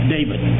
David